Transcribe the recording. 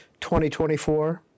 2024